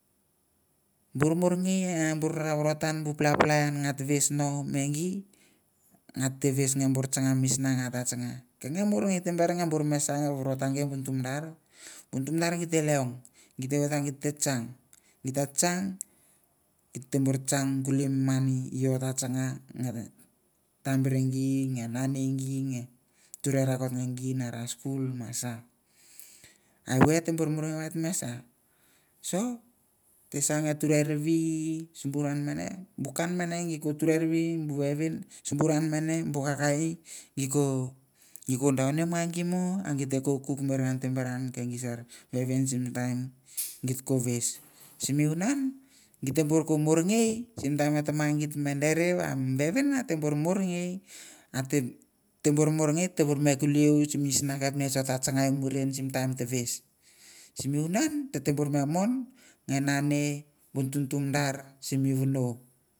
Bur marngei a bor ra vorotan bu palapala ian nga ta ves no me gi, nga te ves nge bor tsanga misna ga ta tsanga, ke nge morngei te ber nge me sa nge vorota gei bu nutu madar, bu nutu madar gi te leong, gi te oit va git te tsang, git ta tsang git te bor tsang kuli mi mani va git te tsang, git ta tsang git te bor tsang kuli mi mani iau ou ta tsanga na tambere gi nge nane gi nge ture rakot nge gi nara skul ma sa. A evoi e te bor morngei va et me sa? So te sa nge ture rive, simbu na namene bu ka namene gi ko ture rivi bu vevin, simbu ra namene bu ka ka i gi ko daunim ngan gi mo a git te ko kuk morngan tem ber an ke gi sar vevin sim taim git ko ves, simi vunan gi te bor ko morngei, sim taim e tama gi te me dere va mi vevin ate bor mongei ate bor morngei ate bor me kuli iau sim misna kapnets o ta tsanga i muren sim taim ta ves, simi vunan tete bor me mon nge nane bu ntuntu madar simi vono.